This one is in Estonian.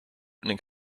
ning